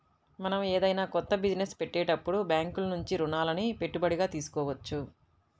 మనం ఏదైనా కొత్త బిజినెస్ పెట్టేటప్పుడు బ్యేంకుల నుంచి రుణాలని పెట్టుబడిగా తీసుకోవచ్చు